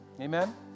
Amen